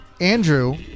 Andrew